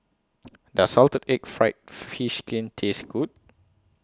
Does Salted Egg Fried Fish Skin Taste Good